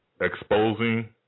exposing